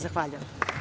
Zahvaljujem.